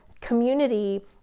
community